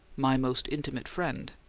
my most intimate friend,